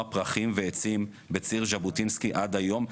פרחים ועצים בציר ז'בוטינסקי עד היום?